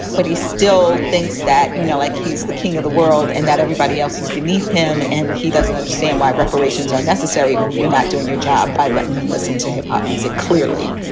but he still thinks that you know like he's the king of the world and that everybody else is beneath him and he doesn't understand why reparations are necessary. you're not doing your job by letting him listen to hip hop music. clearly,